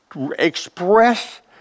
express